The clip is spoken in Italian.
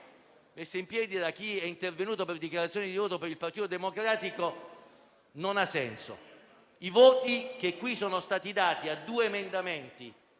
messe in piedi da chi è intervenuto per dichiarazione di voto per il Partito Democratico, non hanno senso. I voti espressi su due emendamenti,